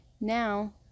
Now